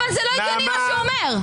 זה לא הגיוני מה שהוא אומר.